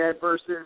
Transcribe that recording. versus